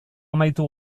amaitu